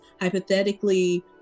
hypothetically